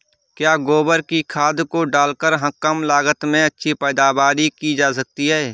क्या गोबर की खाद को डालकर कम लागत में अच्छी पैदावारी की जा सकती है?